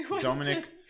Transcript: dominic